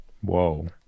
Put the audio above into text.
Whoa